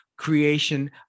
creation